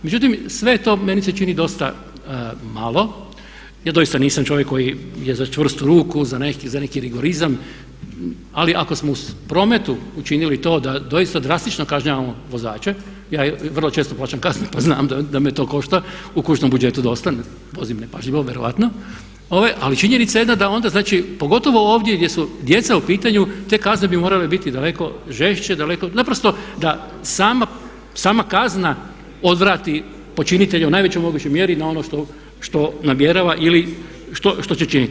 Međutim, sve to meni se čini dosta malo, ja doista nisam čovjek koji je za čvrstu ruku, za neki rigorizam ali ako smo u prometu učinili to da doista drastično kažnjavamo vozače, ja vrlo često plaćam kaznu pa znam da me to košta u kućnom budžetu dosta, vozim nepažljivo vjerojatno ali činjenica je da onda znači pogotovo ovdje gdje su djeca u pitanju te kazne bi morale biti daleko žešće, daleko naprosto da sama kazna odvrati počinitelja u najvećoj mogućoj mjeri na ono što namjerava ili što će činiti.